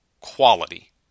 quality